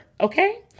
okay